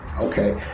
Okay